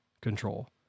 control